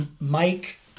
Mike